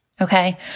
Okay